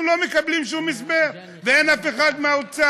אנחנו לא מקבלים שום הסבר ואין אף אחד מהאוצר.